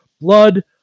blood